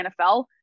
nfl